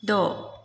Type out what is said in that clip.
द